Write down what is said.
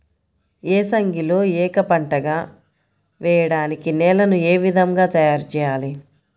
ఏసంగిలో ఏక పంటగ వెయడానికి నేలను ఏ విధముగా తయారుచేయాలి?